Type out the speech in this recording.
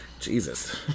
Jesus